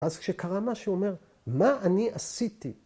‫אז כשקרה משהו, הוא אומר, ‫מה אני עשיתי?